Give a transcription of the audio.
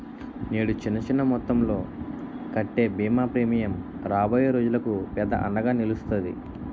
నేడు చిన్న చిన్న మొత్తంలో కట్టే బీమా ప్రీమియం రాబోయే రోజులకు పెద్ద అండగా నిలుస్తాది